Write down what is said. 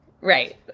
Right